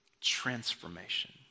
transformation